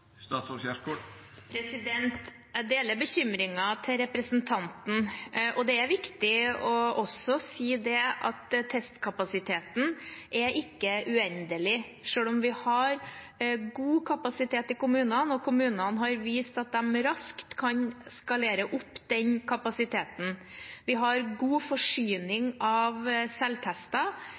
Jeg deler bekymringen til representanten. Det er også viktig å si at testkapasiteten ikke er uendelig, selv om vi har god kapasitet i kommunene og kommunene har vist at de raskt kan skalere opp den kapasiteten. Vi har god forsyning av selvtester.